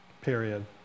Period